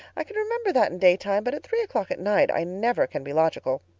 i can remember that in daytime, but at three o'clock at night i never can be logical.